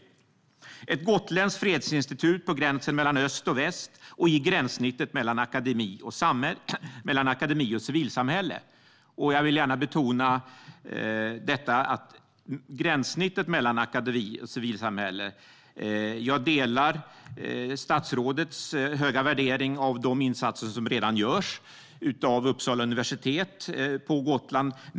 Vi talar om ett gotländskt fredsinstitut på gränsen mellan öst och väst och i gränssnittet mellan akademi och civilsamhälle. Jag vill gärna betona att när det gäller gränssnittet mellan akademi och civilsamhälle delar jag statsrådets höga värdering av de insatser som redan görs av Uppsala universitet på Gotland.